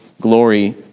glory